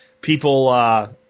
people –